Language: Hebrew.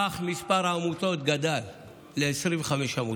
אך מספר העמותות גדל ל-25 עמותות.